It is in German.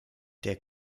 der